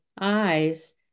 eyes